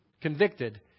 convicted